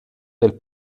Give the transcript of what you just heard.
del